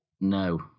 No